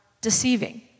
deceiving